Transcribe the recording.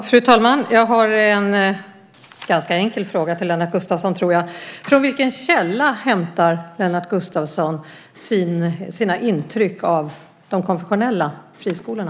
Fru talman! Jag har en ganska enkel fråga till Lennart Gustavsson, tror jag. Från vilken källa hämtar Lennart Gustavsson sina intryck av de konfessionella friskolorna?